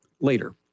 later